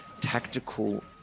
tactical